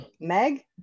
Meg